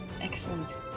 Excellent